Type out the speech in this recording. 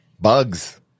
Bugs